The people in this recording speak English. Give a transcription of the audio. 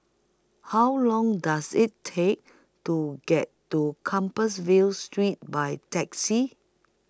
How Long Does IT Take to get to Compassvale Street By Taxi